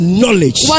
knowledge